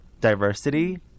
diversity